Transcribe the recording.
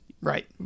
Right